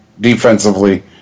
defensively